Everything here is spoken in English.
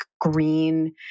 green